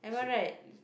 it's a it's